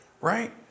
Right